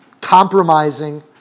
compromising